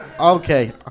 Okay